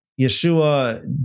Yeshua